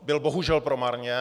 Byl bohužel promarněn.